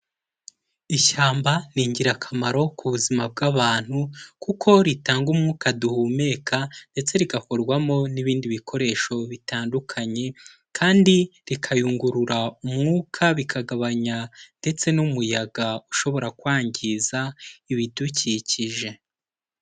Ishyamba ni ingirakamaro ku buzima bw'abantu, kuko ritanga umwuka duhumeka ndetse rigakorwamo n'ibindi bikoresho bitandukanye, kandi rikayungurura umwuka, bikagabanya ndetse n'umuyaga ushobora kwangiza ibidukikije.